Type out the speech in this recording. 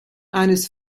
eines